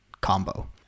combo